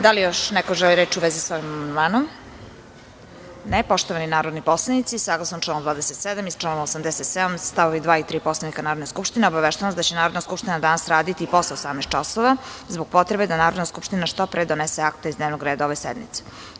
Da li još neko želi reč u vezi sa ovim amandmanom? (Ne) Poštovani narodni poslanici, saglasno članu 27. i članu 87. st. 2. i 3. Poslovnika Narodne skupštine, obaveštavam vas da će Narodna skupština danas raditi i posle 18.00 časova, zbog potrebe da Narodna skupština što pre donese akta iz dnevnog reda ove sednice.